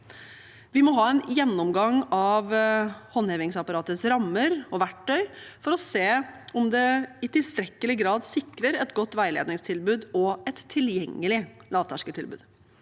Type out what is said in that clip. Vi må ha en gjennomgang av håndhevingsapparatets rammer og verktøy, for å se om de i tilstrekkelig grad sikrer et godt veiledningstilbud og et tilgjengelig lavterskeltilbud.